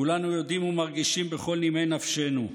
"כולנו יודעים ומרגישים בכל נימי נפשנו,